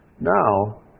Now